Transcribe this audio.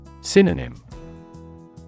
Synonym